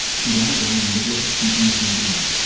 he ran away in the middle of a freezing november night,